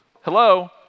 hello